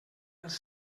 els